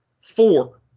four